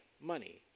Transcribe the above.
money